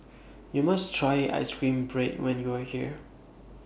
YOU must Try Ice Cream Bread when YOU Are here